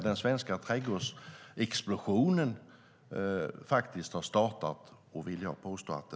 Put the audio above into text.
Den svenska trädgårdsexplosionen har startat, vill jag påstå.